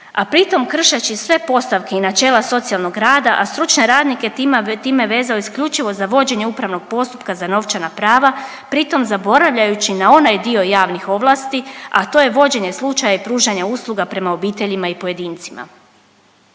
a pri tom kršeći sve postavke i načela socijalnog rada, a stručne radnike je time vezao isključivo za vođenje upravnog postupka za novčana prava, pri tom zaboravljajući na onaj dio javnih ovlasti, a to je vođenje slučaja i pružanja usluga prema obiteljima i pojedincima.